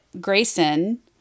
Grayson